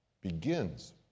begins